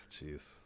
jeez